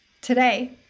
Today